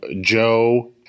Joe